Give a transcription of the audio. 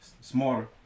smarter